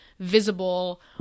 visible